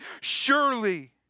Surely